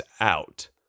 out